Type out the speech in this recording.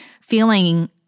feeling